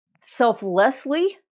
selflessly